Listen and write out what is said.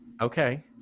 Okay